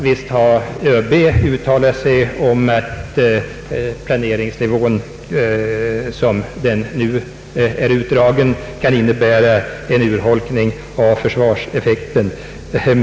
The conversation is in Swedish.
Visst har ÖB uttalat sig om att planeringsnivån, som den nu är utdragen, kan innebära en urholkning av försvarseffekten.